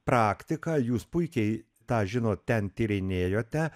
praktiką jūs puikiai tą žinot ten tyrinėjote